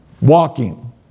Walking